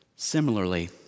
Similarly